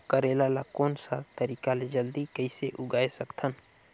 करेला ला कोन सा तरीका ले जल्दी कइसे उगाय सकथन?